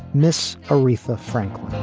miss aretha franklin